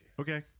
Okay